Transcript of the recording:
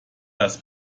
dass